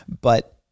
But-